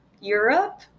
Europe